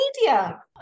media